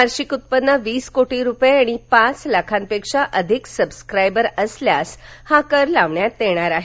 वार्षिक उत्पन्न वीस कोटी रुपये आणि पाच लाखांपेक्षा अधिक सबस्क्रायबर्स असल्यास हा कर लावण्यात येणार आहे